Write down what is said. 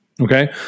Okay